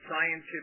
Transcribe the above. scientific